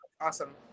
Awesome